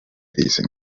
dicen